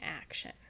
action